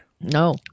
No